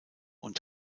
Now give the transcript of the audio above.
und